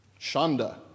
Shonda